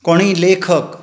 कोणीय लेखक